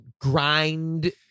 grind